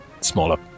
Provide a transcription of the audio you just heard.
smaller